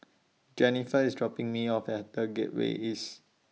Jenniffer IS dropping Me off At The Gateway East